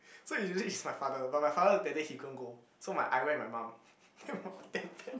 so it usually it's my father but my father that day he couldn't go so my I went with my mum then my mum damn bad